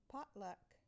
Potluck